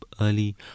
early